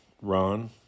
Ron